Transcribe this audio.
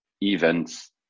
events